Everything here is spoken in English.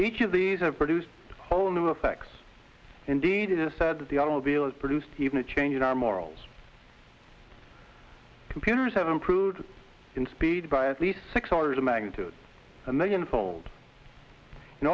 each of these have produced a whole new effects indeed it is said that the automobile is produced even a change in our morals computers have improved in speed by at least six orders of magnitude a million fold in